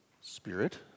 Spirit